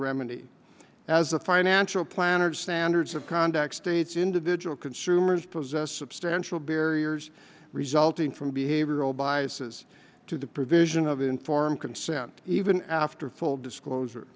remedy as a financial planner standards of conduct states individual consumers possess substantial barriers resulting from behavioral biases to the provision of informed consent even after full disclosure